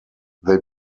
they